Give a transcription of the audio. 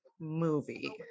movie